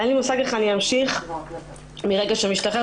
אין לי מושג איך אני אמשיך מרגע שהוא ישתחרר,